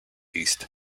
least